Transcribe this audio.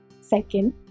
Second